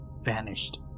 vanished